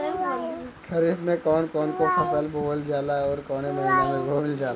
खरिफ में कौन कौं फसल बोवल जाला अउर काउने महीने में बोवेल जाला?